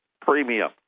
premium